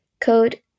code